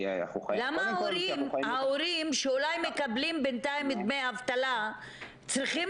למה ההורים שאולי מקבלים בינתיים דמי אבטלה צריכים